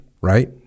right